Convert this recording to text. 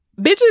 bitches